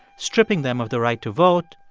stripping them of the right to vote,